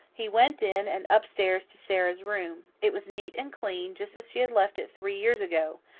he went in, and up-stairs to sara's room. it was neat and clean, just as she had left it three years ago.